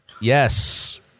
Yes